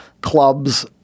clubs